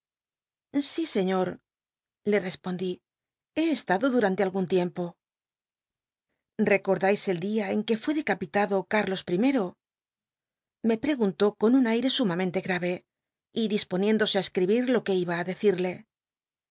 si señor le respondí he estado durante algun licmpo necordais el día en que fué decapitado cárlos i me preguntó con un aire oumamente ga e y disponiéndose á escribir lo que iba á decirle